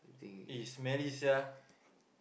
eh smelly sia